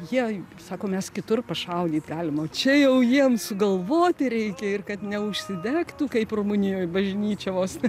jie sako mes kitur pašaudyt galim o čia jau jiems sugalvoti reikia ir kad neužsidegtų kaip rumunijoj bažnyčios